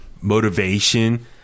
motivation